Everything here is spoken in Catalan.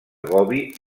gobi